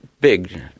big